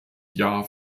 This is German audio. jahr